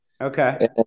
Okay